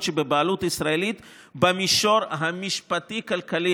שבבעלות ישראלית במישור המשפטי-כלכלי,